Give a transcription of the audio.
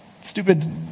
stupid